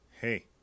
hey